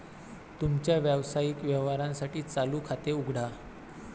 तुमच्या व्यावसायिक व्यवहारांसाठी चालू खाते उघडा